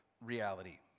reality